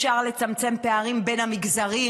אפשר לצמצם פערים בין המגזרים.